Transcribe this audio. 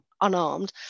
unarmed